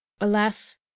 alas